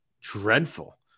dreadful